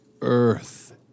earth